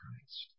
Christ